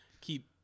keep –